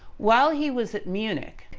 while he was at munich,